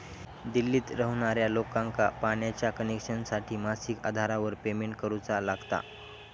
दिल्लीत रव्हणार्या लोकांका पाण्याच्या कनेक्शनसाठी मासिक आधारावर पेमेंट करुचा लागता